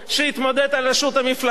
למלא את התפקיד.